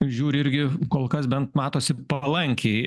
žiūri irgi kol kas bent matosi palankiai